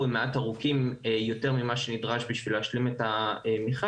הם מעט ארוכים יותר ממה שנדרש בשביל להשלים את המכרז,